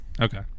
Okay